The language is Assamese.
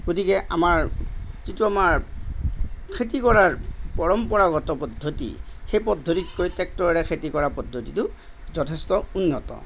গতিকে আমাৰ যিটো আমাৰ খেতি কৰাৰ পৰম্পৰাগত পদ্ধতি সেই পদ্ধতিতকৈ ট্ৰেক্টৰেৰে খেতি কৰা পদ্ধতিটো যথেষ্ট উন্নত